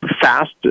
fast